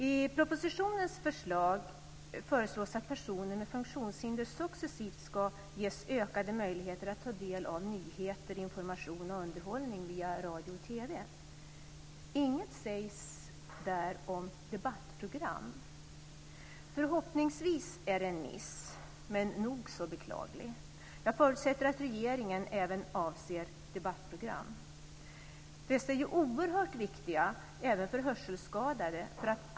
I propositionen föreslås att personer med funktionshinder successivt ska ges ökade möjligheter att ta del av nyheter, information och underhållning via radio och TV. Inget sägs där om debattprogram. Förhoppningsvis är det en miss, men den är nog så beklaglig. Jag förutsätter att regeringen även avser debattprogram. Dessa är oerhört viktiga även för hörselskadade.